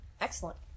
excellent